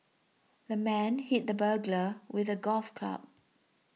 the man hit the burglar with a golf club